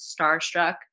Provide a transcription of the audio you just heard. starstruck